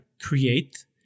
create